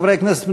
חברי הכנסת,